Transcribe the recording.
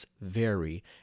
vary